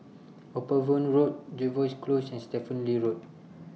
Upavon Road Jervois Close and Stephen Lee Road